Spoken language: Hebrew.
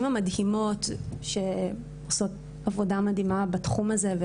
המדהימות שעושות עבודה מדהימה בתחום הזה.